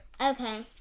Okay